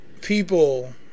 people